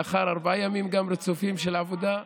לאחר ארבעה ימים רצופים של עבודה.